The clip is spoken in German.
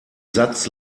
satz